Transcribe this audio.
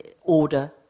order